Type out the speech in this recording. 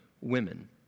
women